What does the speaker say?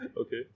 Okay